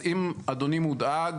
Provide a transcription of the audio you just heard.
אז אם אדוני מודאג